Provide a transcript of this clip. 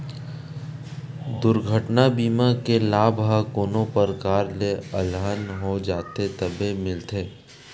दुरघटना बीमा के लाभ ह कोनो परकार ले अलहन हो जाथे तभे मिलथे